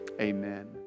Amen